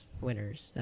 winners